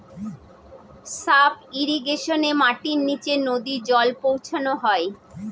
sub ইর্রিগেশনে মাটির নীচে নদী জল পৌঁছানো হয়